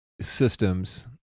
systems